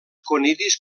conidis